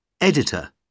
Editor